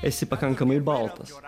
esi pakankamai baltas